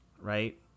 right